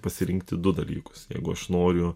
pasirinkti du dalykus jeigu aš noriu